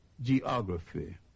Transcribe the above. geography